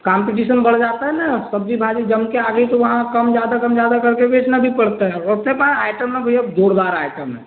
competition बढ़ जाता है न सब्ज़ी भाजी जम के आ गई तो वहाँ कम ज़्यादा कम ज़्यादा करके बेचना भी पड़ता है और अपने पास आइटम न भैया जोरदार आइटम है